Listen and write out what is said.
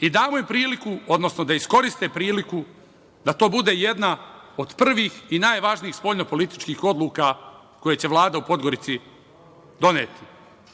i damo im priliku, odnosno da iskoriste priliku da to bude jedna od prvih i najvažnijih spoljnopolitičkih odluka koje će Vlada u Podgorici doneti. Time